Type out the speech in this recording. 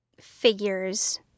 figures